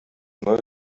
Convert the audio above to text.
neue